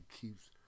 keeps